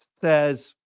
says